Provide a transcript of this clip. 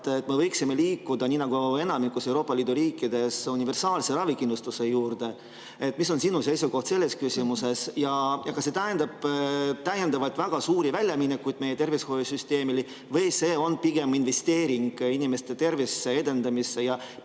et me võiksime liikuda, nii nagu enamikus Euroopa Liidu riikides, universaalse ravikindlustuse juurde? Mis on sinu seisukoht selles küsimuses? Ja kas see tähendab täiendavaid väga suuri väljaminekuid meie tervishoiusüsteemile või see on pigem investeering inimeste tervise edendamisse ja